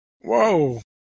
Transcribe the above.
Whoa